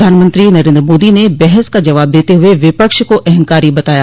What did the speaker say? प्रधानमंत्री नरेंद्र मोदी ने बहस का जवाब देते हुए विपक्ष को अहंकारी बताया